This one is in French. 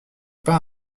pas